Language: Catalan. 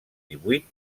divuit